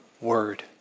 word